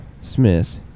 Smith